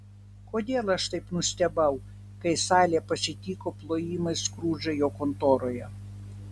kodėl aš taip nustebau kai salė pasitiko plojimais skrudžą jo kontoroje